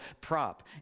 prop